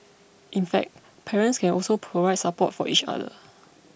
in fact parents can also provide support for each other